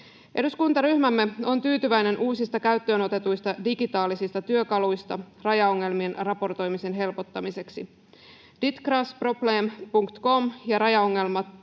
Eduskuntaryhmämme on tyytyväinen uusiin käyttöönotettuihin digitaalisiin työkaluihin rajaongelmien raportoimisen helpottamiseksi. Dittgransproblem.com- ja